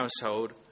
household